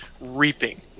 reaping